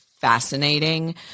fascinating